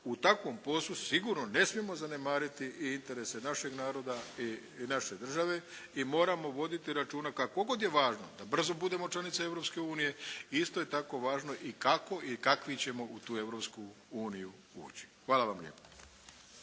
u takvom poslu sigurno ne smijemo zanemariti i interese našeg naroda i naše države i moramo voditi računa koliko god je važno da brzo budemo članice Europske unije i isto je tako važno i kako i kakvi ćemo u tu Europsku uniju ući. Hvala vam lijepa.